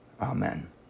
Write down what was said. Amen